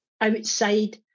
outside